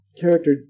character